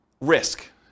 risk